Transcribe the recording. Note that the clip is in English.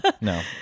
no